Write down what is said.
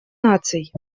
наций